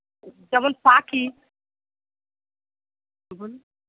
যেমন পাখি